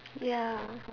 ya